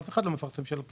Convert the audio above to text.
אף אחד לא מפרסם שלא קיבלתי.